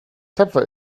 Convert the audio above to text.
tapfer